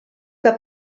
que